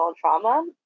trauma